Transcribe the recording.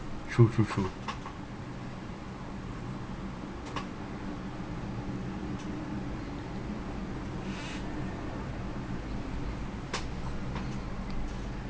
true true true